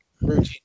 Routine